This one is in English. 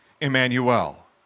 Emmanuel